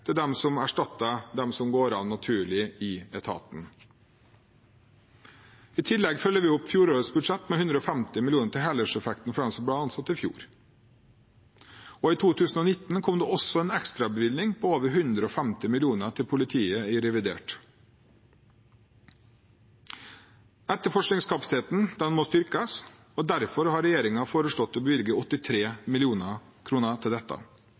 til de som erstatter dem som går av naturlig i etaten. I tillegg følger vi opp fjorårets budsjett med 150 mill. kr til helårseffekten for dem som ble ansatt i fjor. I 2019 kom det også en ekstrabevilgning på over 150 mill. kr til politiet i revidert nasjonalbudsjett. Etterforskningskapasiteten må styrkes, og derfor har regjeringen foreslått å bevilge 83 mill. kr til dette.